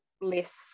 less